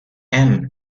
and